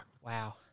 Wow